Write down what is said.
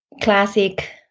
classic